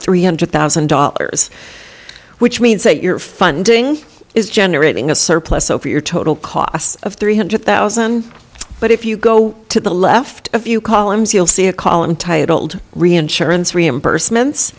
three hundred thousand dollars which means that your funding is generating a surplus over your total cost of three hundred thousand dollars but if you go to the left a few columns you'll see a column titled reinsurance reimbursement